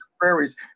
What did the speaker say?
Prairies